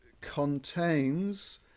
contains